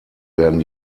werden